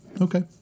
Okay